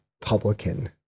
publican